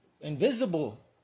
invisible